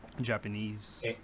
Japanese